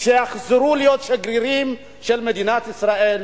שיחזרו להיות שגרירים של מדינת ישראל.